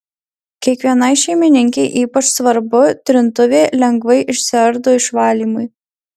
kiekvienai šeimininkei ypač svarbu trintuvė lengvai išsiardo išvalymui